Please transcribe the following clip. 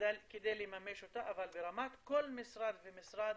כדי לממש אותה, אבל ברמת כל משרד ומשרד